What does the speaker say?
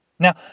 Now